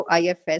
IFS